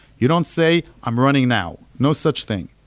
you don't say, i'm running now. no such thing.